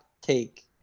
take